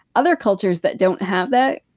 other cultures that don't have that,